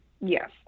Yes